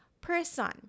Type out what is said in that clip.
person